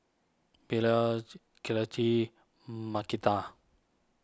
Beaulah Citlali Markita